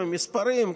עם מספרים,